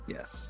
Yes